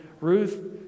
Ruth